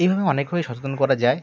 এইভাবে অনেকভাবেই সচেতন করা যায়